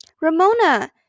Ramona